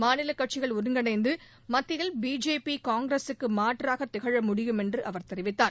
மாநிலக் கட்சிகள் ஒருங்கிணைந்து மத்தியில் பிஜேபி காங்கிரசுக்கு மாற்றாக திகழமுடியும் என்று அவர் தெரிவித்தார்